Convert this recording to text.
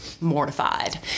mortified